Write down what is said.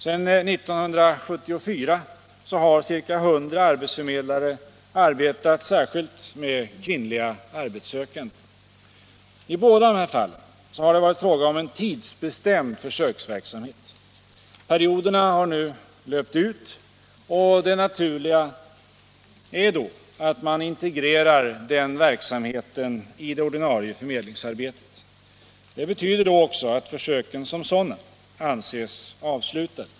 Sedan 1974 har ca 100 arbetsförmedlare arbetat särskilt med kvinnliga arbetssökande. I båda fallen har det varit fråga om en tidsbestämd försöksverksamhet. Perioderna har nu löpt ut, och det naturliga är då att man integrerar den verksamheten i det ordinarie förmedlingsarbetet. Det betyder då också att försöken som sådana anses avslutade.